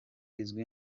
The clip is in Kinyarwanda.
izwi